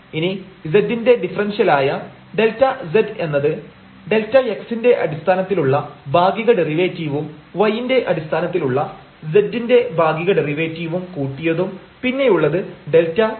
ഇനി z ൻറെ ഡിഫറെൻഷ്യലായ Δz എന്നത് Δx ന്റെ അടിസ്ഥാനത്തിലുള്ള ഭാഗിക ഡെറിവേറ്റീവും y ൻറെ അടിസ്ഥാനത്തിലുള്ള z ന്റെ ഭാഗിക ഡെറിവേറ്റീവും കൂട്ടിയതും പിന്നെയുള്ളത് Δy ഉം ആണ്